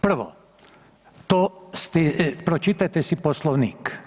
Prvo, to ste, pročitajte si Poslovnik.